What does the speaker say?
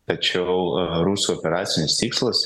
tačiau rusų operacinis tikslas